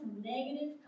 negative